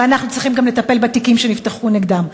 ואנחנו צריכים גם לטפל בתיקים שנפתחו נגדם.